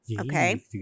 Okay